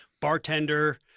bartender